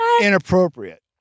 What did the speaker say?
inappropriate